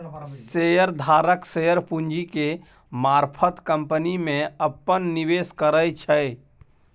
share धारक share पूंजी के मारफत कंपनी में अप्पन निवेश करै छै